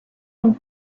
and